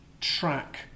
track